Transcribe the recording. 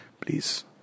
please